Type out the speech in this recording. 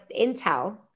intel